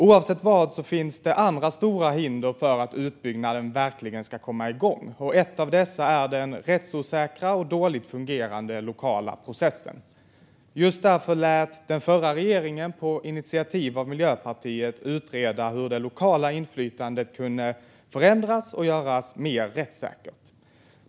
I vilket fall som helst finns det andra stora hinder för att utbyggnaden verkligen ska komma igång, och ett av dessa är rättsosäkra och dåligt fungerande lokala processer. Just därför lät den förra regeringen på initiativ av Miljöpartiet utreda hur det lokala inflytandet kunde förändras och göras mer rättssäkert.